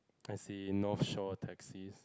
I see North Shore taxis